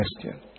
question